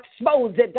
expose